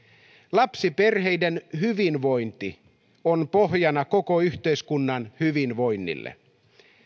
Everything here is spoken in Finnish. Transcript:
lapsiperheiden hyvinvointi on pohjana koko yhteiskunnan hyvinvoinnille